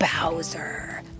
Bowser